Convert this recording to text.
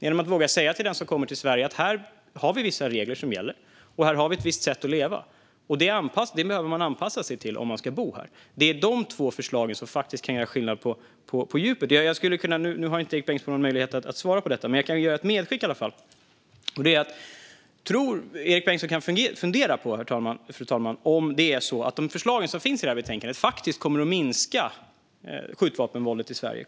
Man måste våga säga till den som kommer till Sverige att här gäller vissa regler och vi lever på ett visst sätt. Detta måste man anpassa sig till om man ska bo här. Det är dessa två förslag som kan göra skillnad på djupet. Nu har Erik Bengtzboe ingen möjlighet att svara på frågor, men jag kan i alla fall ge honom ett medskick. Erik Bengtzboe kan fundera, fru talman, på om de förslag som finns i betänkandet faktiskt kommer att minska skjutvapenvåldet i Sverige.